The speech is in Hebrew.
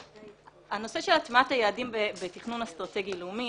בנושא של הטמעת יעדים בתכנון אסטרטגי לאומי,